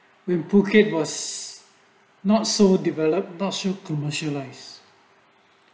with phuket was not so develop partial commercialise